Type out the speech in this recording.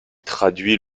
traduit